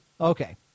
Okay